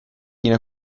ina